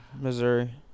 Missouri